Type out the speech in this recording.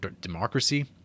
democracy